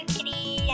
Kitty